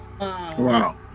Wow